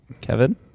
Kevin